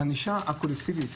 הענישה הקולקטיבית